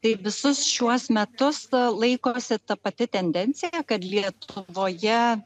tai visus šiuos metus laikosi ta pati tendencija kad lietuvoje